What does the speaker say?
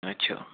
अच्छा